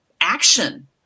action